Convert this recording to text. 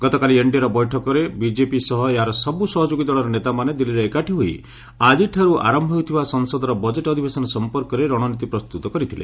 ଗତକାଲି ଏନ୍ଡିଏର ବୈଠକରେ ବିକେପି ସହ ଏହାର ସବୁ ସହଯୋଗୀ ଦଳର ନେତାମାନେ ଦିଲ୍ଲୀରେ ଏକାଠି ହୋଇ ଆକ୍ଟିଠାରୁ ଆରମ୍ଭ ହେଉଥିବା ସଂସଦର ବଜେଟ୍ ଅଧିବେଶନ ସମ୍ପର୍କରେ ରଣନୀତି ପ୍ରସ୍ତୁତ କରିଥିଲେ